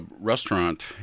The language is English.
restaurant